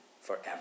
forever